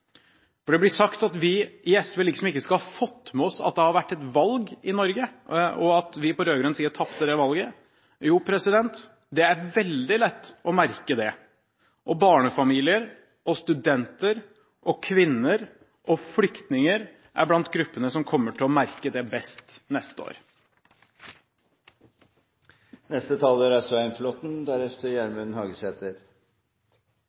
budsjett. Det blir sagt vi i SV liksom ikke skal ha fått med oss at det har vært et valg i Norge, og at vi på rød-grønn side tapte det valget. Jo, det er veldig lett å merke det, og barnefamilier og studenter og kvinner og flyktninger er blant gruppene som kommer til å merke det best neste år. Vi er